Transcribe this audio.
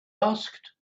asked